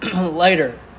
later